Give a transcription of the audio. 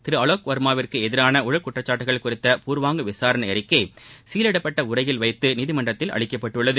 திரு அலோக் வர்மாவிற்கு எதிரான ஊழல் குற்றச்சாட்டுகள் குறித்த பூர்வாங்க விசாரணை அறிக்கை சீலிடப்பட்ட உறையில் வைத்து நீதிமன்றத்தில் அளிக்கப்பட்டுள்ளது